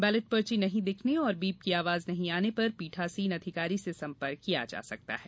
ballot पर्ची नही दिखने एवं बीप की आवाज नही आने पर पीठासीन अधिकारी से संपर्क किया जा सकता है